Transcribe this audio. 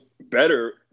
better